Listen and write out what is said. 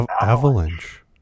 avalanche